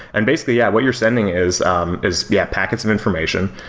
and basically yeah, what you're sending is um is yeah, packets of information,